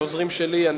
לעוזרים שלי.